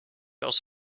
aus